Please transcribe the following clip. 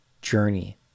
journey